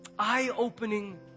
eye-opening